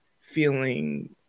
feeling